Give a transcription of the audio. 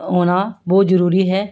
ਆਉਣਾ ਬਹੁਤ ਜ਼ਰੂਰੀ ਹੈ